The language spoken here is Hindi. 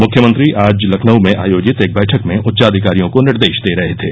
मुख्यमंत्री आज लखनऊ में आयोजित एक बैठक में उच्चाघिकारियों को निर्देश दे रहे थे